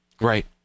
Right